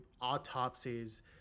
autopsies